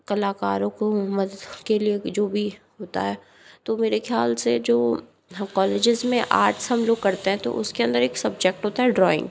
कलाकारों को मदद के लिए जो भी होता है तो मेरे ख्याल से जो कॉलेजेस में आर्ट्स हम लोग पढ़ते हैं तो उस के अंदर एक सब्जेक्ट होता है ड्राइंग